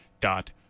dot